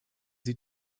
sie